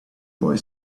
boy